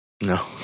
No